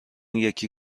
یکی